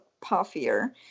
puffier